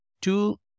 two